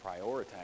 prioritize